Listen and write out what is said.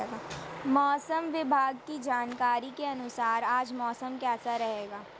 मौसम विभाग की जानकारी के अनुसार आज मौसम कैसा रहेगा?